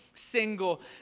single